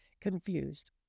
confused